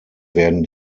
werden